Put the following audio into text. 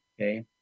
Okay